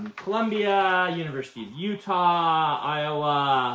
columbia, university of utah, iowa,